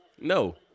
No